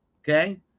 okay